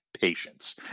patience